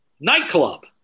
nightclub